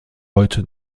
heute